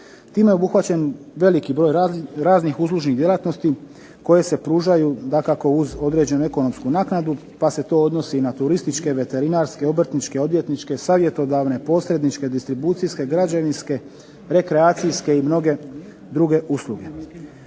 Time je obuhvaćen veliki broj raznih uslužnih djelatnosti koje se pružaju dakako uz određenu ekonomsku naknadu pa se to odnosi i na turističke, veterinarske, obrtničke, odvjetničke, savjetodavne, posredničke, distribucijske, građevinske, rekreacijske i mnoge druge usluge.